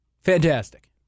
Fantastic